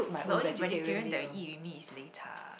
the only vegetarian that you eat with me is lei cha